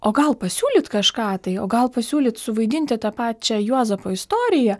o gal pasiūlyt kažką tai o gal pasiūlyt suvaidinti tą pačia juozapo istoriją